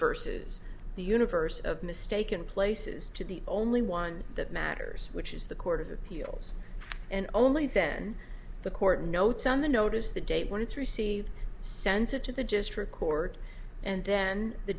verses the universe of mistaken places to the only one that matters which is the court of appeals and only then the court notes on the notice the date when it's received sends it to the just record and then the